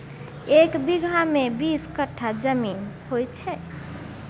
एक बीगहा मे बीस कट्ठा जमीन होइ छै